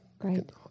Right